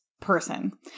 person